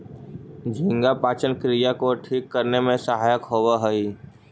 झींगा पाचन क्रिया को ठीक करने में सहायक होवअ हई